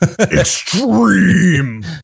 extreme